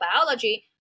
biology